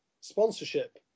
Sponsorship